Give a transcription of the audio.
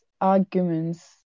arguments